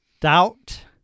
Doubt